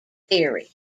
theory